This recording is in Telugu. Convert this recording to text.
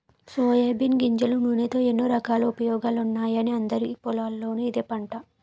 సోయాబీన్ గింజల నూనెతో ఎన్నో రకాల ఉపయోగాలున్నాయని అందరి పొలాల్లోనూ ఇదే పంట